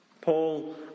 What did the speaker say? Paul